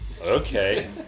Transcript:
Okay